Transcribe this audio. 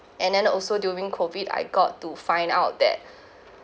and then also during COVID I got to find out that